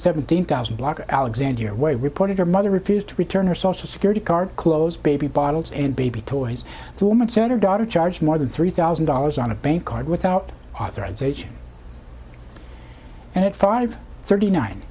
seventeen thousand block of alexandria way reported her mother refused to return her social security card clothes baby bottles and baby toys the woman said her daughter charged more than three thousand dollars on a bank card without authorization and at five thirty nine